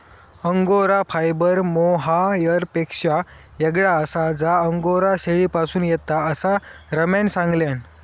angora fibre मोहायरपेक्षा येगळा आसा जा अंगोरा शेळीपासून येता, असा रम्यान सांगल्यान